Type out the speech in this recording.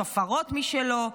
שופרות משלו.